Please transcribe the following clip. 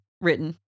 Written